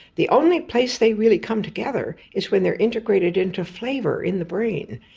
the only place they really come together is when they are integrated into flavour in the brain.